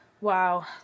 Wow